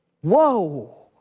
whoa